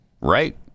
Right